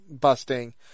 busting